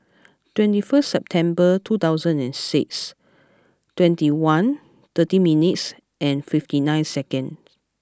twenty first September two thousand and six twenty one thirty minutes and fifty nine seconds